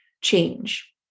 change